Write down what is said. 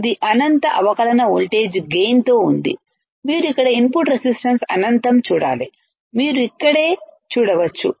ఇది అనంత అవకలన వోల్టేజ్ గైన్తో ఉంది మీరు ఇక్కడ ఇన్పుట్ రెసిస్టెన్స్ అనంతం చూడాలి మీరు ఇక్కడే చూడవచ్చు